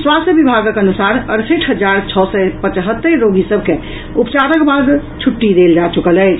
स्वास्थ्य विभागक अनुसार अड़सठि हजार छओ सय पचहत्तरि रोगी सभ के उपचारक बाद छुट्टी देल जा चुकल अछि